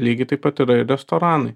lygiai taip pat yra ir restoranai